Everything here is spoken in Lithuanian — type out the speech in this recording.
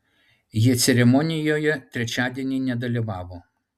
jie ceremonijoje trečiadienį nedalyvavo